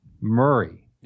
Murray